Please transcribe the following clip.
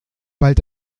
bald